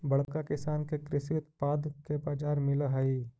बड़का किसान के कृषि उत्पाद के बाजार मिलऽ हई